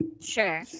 sure